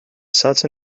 such